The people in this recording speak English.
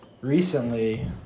recently